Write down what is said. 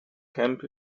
camp